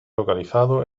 localizado